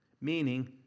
Meaning